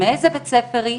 מאיזה בית ספר היא,